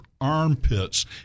armpits